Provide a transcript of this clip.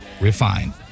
refined